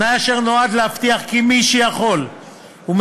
תנאי אשר נועד להבטיח כי מי שיכול ומסוגל